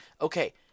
okay